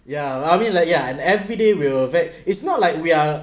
ya I'll mean like ya and everyday will wait it's not like we are